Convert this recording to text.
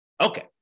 Okay